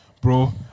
Bro